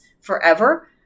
forever